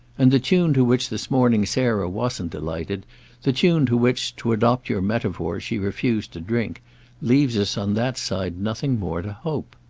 and the tune to which this morning sarah wasn't delighted the tune to which, to adopt your metaphor, she refused to drink leaves us on that side nothing more to hope.